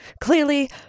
clearly